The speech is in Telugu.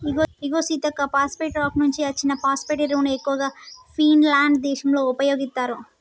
ఇగో సీతక్క పోస్ఫేటే రాక్ నుంచి అచ్చిన ఫోస్పటే ఎరువును ఎక్కువగా ఫిన్లాండ్ దేశంలో ఉపయోగిత్తారు